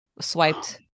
swiped